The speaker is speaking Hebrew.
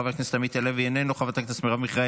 חבר הכנסת נאור שיר,